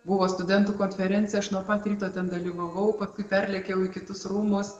buvo studentų konferencija aš nuo pat ryto ten dalyvavau paskui parlėkiau į kitus rūmus